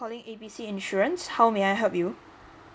A B C insurance how may I help you